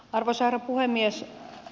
arvoisa herra puhemies